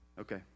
Okay